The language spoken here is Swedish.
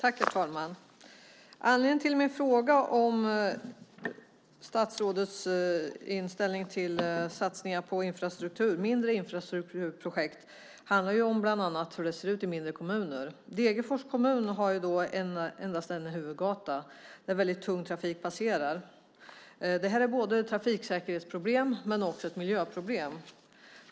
Herr talman! Min fråga om statsrådets inställning till satsningar på mindre infrastrukturprojekt handlar bland annat om hur det ser ut i mindre kommuner. Degerfors kommun har endast en huvudgata där väldigt tung trafik passerar. Det är både ett trafiksäkerhetsproblem och ett miljöproblem.